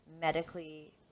medically